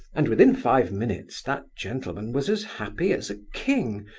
and within five minutes that gentleman was as happy as a king,